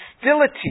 hostility